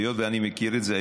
היות שאני מכיר את זה,